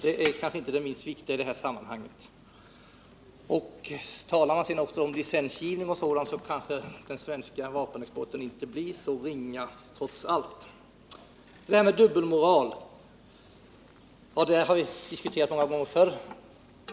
Det är kanske inte det minst viktiga i detta sammanhang. Talar man också om licensgivning och sådant blir kanske den svenska vapenexporten inte så ringa trots allt. Dubbelmoral har vi diskuterat många gånger förr.